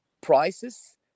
prices